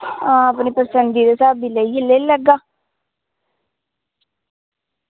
ते आं पसंद दे स्हाबी लेई लैगा